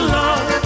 love